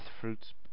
fruits